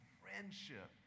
friendship